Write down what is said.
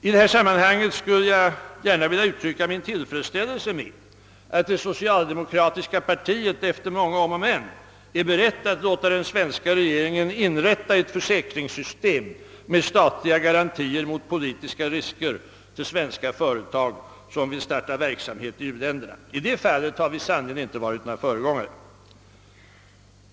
I detta sammanhang skulle jag gärna vilja uttrycka min tillfredsställelse med att det socialdemokratiska partiet efter många om och men är berett att låta den svenska regeringen inrätta ett försäkringssystem med statliga garantier mot politiska risker till svenska företag som vill starta verksamhet i u-länderna. I det fallet har vi sannerligen inte varit några föregångare!